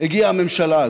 הגיעה הממשלה הזאת.